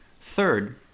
Third